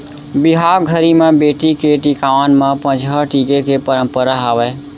बिहाव घरी म बेटी के टिकावन म पंचहड़ टीके के परंपरा हावय